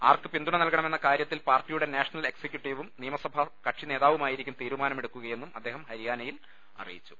ആർക്ക് പിന്തുണ നൽകണമെന്ന് കാർ്യത്തിൽ പാർട്ടി യുടെ നാഷണൽ എക്സിക്യൂട്ടീവും നിയമസഭാകക്ഷിനേതാവുമാ യിരിക്കും തീരുമാനമെടുക്കുകയെന്നും അദ്ദേഹം ഹരിയാനയിൽ അറിയിച്ചു